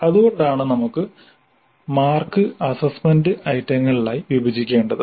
അതുകൊണ്ടാണ് നമുക്ക് mark assessment ഐറ്റങ്ങളിലായി വിഭജിക്കേണ്ടത്